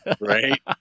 Right